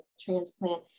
transplant